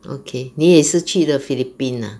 okay 你也是去了 philipines ah